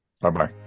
Bye-bye